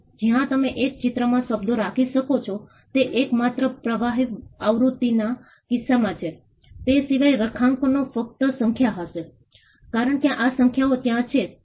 તેથી તમારી ભાગીદારી હું તમને ઇચ્છું છું તે રીતે તે જ છે